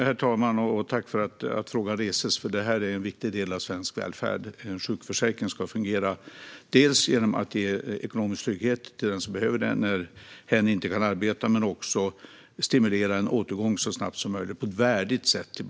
Herr talman! Jag tackar för att frågan väcks, för detta är en viktig del av svensk välfärd. En sjukförsäkring ska fungera genom att ge ekonomisk trygghet till den som behöver det när hen inte kan arbeta men också stimulera en återgång till arbete så snabbt som möjligt - på ett värdigt sätt.